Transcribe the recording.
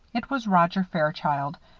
it was roger fairchild,